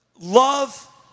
Love